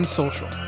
social